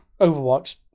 Overwatch